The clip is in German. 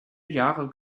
jahre